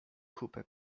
kupę